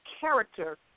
character